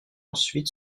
ensuite